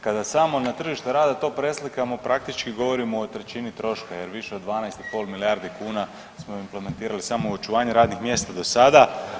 Kada samo na tržište rada to preslikamo praktički govorimo o trećini troška, jer više od 12 i pol milijardi kuna smo implementirali samo u očuvanje radnih mjesta do sada.